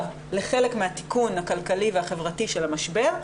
לחלק מהתיקון החברתי והכלכלי של המשבר,